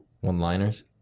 One-liners